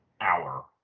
hour